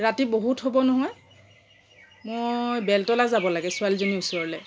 ৰাতি বহুত হ'ব নহয় মই বেলতলা যাব লাগে ছোৱালীজনীৰ ওচৰলৈ